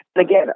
again